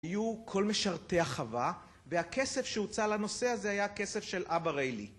יהיו כל משרתי החווה והכסף שהוצע לנושא הזה היה כסף של אבא רילי